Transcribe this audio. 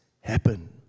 happen